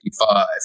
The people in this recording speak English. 1955